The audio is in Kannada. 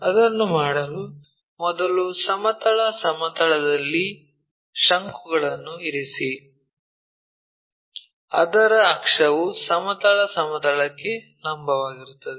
ಅದನ್ನು ಮಾಡಲು ಮೊದಲು ಸಮತಲ ಸಮತಲದಲ್ಲಿ ಶಂಕುಗಳನ್ನು ಇರಿಸಿ ಅದರ ಅಕ್ಷವು ಸಮತಲ ಸಮತಲಕ್ಕೆ ಲಂಬವಾಗಿರುತ್ತದೆ